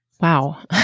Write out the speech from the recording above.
Wow